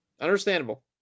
understandable